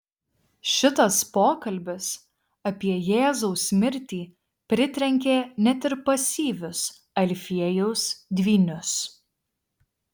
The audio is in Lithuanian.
šitas pokalbis apie jėzaus mirtį pritrenkė net ir pasyvius alfiejaus dvynius